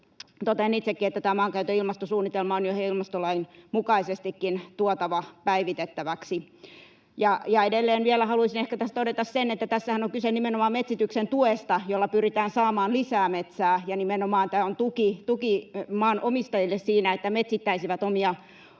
totean itsekin, että tämä maankäytön ilmastosuunnitelma on jo ihan ilmastolain mukaisestikin tuotava päivitettäväksi. Edelleen vielä haluaisin ehkä tässä todeta sen, että tässähän on kyse nimenomaan metsityksen tuesta, jolla pyritään saamaan lisää metsää, ja nimenomaan tämä on tuki maanomistajille siinä, että metsittäisivät omia joutoalueitaan,